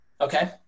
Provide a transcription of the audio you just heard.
Okay